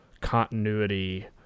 continuity